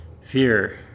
Fear